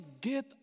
get